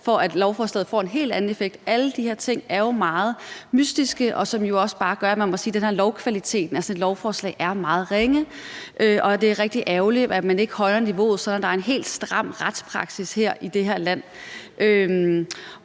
for, at lovforslaget får en helt anden effekt? Alle de her ting er jo meget mystiske, og det gør også bare, at man må sige, at lovkvaliteten af sådan et lovforslag er meget ringe. Det er rigtig ærgerligt, at man ikke højner niveauet, så der er en helt stram retspraksis her i det her land.